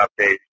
updates